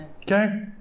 Okay